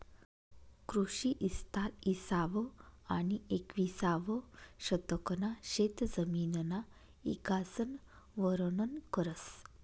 कृषी इस्तार इसावं आनी येकविसावं शतकना शेतजमिनना इकासन वरनन करस